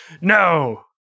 No